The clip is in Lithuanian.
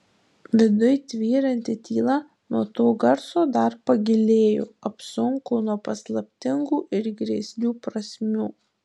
viduj tvyranti tyla nuo to garso dar pagilėjo apsunko nuo paslaptingų ir grėslių prasmių